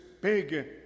big